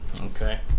Okay